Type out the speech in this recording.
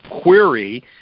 query